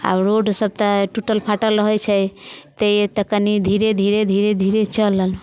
आओर रोडसब तऽ टूटल फाटल रहै छै ते तऽ कनी धीरे धीरे धीरे धीरे चलल